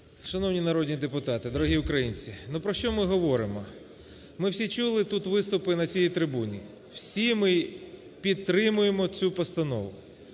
Шановні народні депутати! Дорогі українці! Про що ми говоримо? Ми всі чули тут виступи на цій трибуні. Всі ми підтримуємо цю постанову.